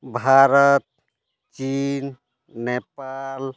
ᱵᱷᱟᱨᱚᱛ ᱪᱤᱱ ᱱᱮᱯᱟᱞ